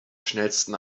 schnellsten